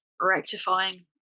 rectifying